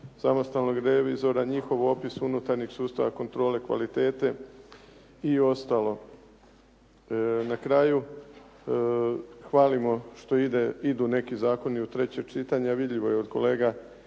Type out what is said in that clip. samostalnog revizora, njihov opis unutarnjih sustava kontrole kvalitete i ostalo. Na kraju hvalimo što idu neki zakoni u treće čitanje, a vidljivo je od kolega